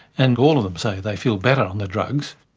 and all of them say they feel better on the drugs.